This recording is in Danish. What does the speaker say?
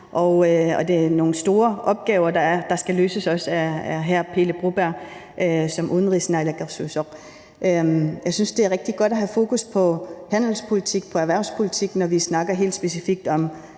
Det er nogle store opgaver, der skal løses, også af hr. Pele Broberg som udenrigsnaalakkersuisoq . Jeg synes, det er rigtig godt at have fokus på handelspolitik, på erhvervspolitik, når vi helt specifikt